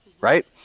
right